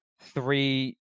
three